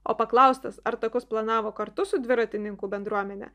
o paklaustas ar takus planavo kartu su dviratininkų bendruomene